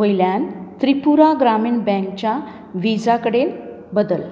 वयल्यान त्रिपुरा ग्रामीण बँकच्या विजा कडेन बदल